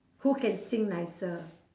who can sing nicer